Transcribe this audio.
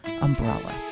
umbrella